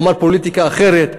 הוא אמר פוליטיקה אחרת,